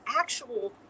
actual